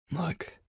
Look